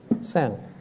sin